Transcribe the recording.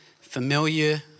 familiar